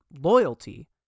loyalty